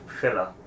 filler